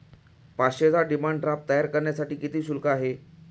पाचशेचा demand draft तयार करण्यासाठी किती शुल्क आहे?